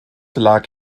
lag